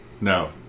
No